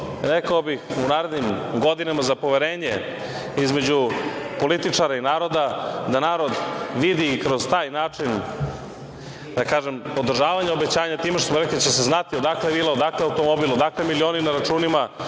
rekao bih, u narednim godinama za poverenje između političara i naroda, da narod vidi kroz taj način, da kažem, održavanje obećanja time što smo rekli da će se znati odakle vila, odakle automobil, odakle milioni na računima,